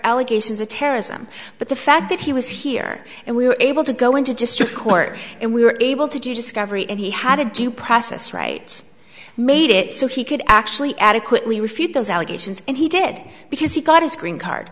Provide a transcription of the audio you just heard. allegations of terrorism but the fact that he was here and we were able to go into district court and we were able to do discovery and he had a due process right made it so he could actually adequately refute those allegations and he did because he got his green card